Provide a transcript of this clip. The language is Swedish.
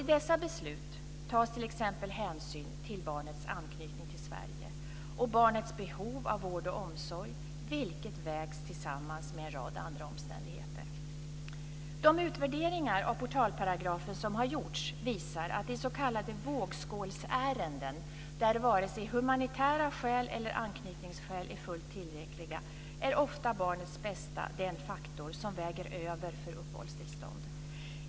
I dessa beslut tas t.ex. hänsyn till barnets anknytning till Sverige och barnets behov av vård och omsorg, vilket vägs in tillsammans med en rad andra omständigheter. De utvärderingar av portalparagrafen som har gjorts visar att i s.k. vågskålsärenden, där vare sig humanitära skäl eller anknytningsskäl är fullt tillräckliga, är ofta barnets bästa den faktor som väger över för uppehållstillstånd.